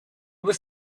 was